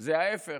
זה ההפך,